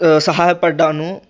సహాయపడ్డాను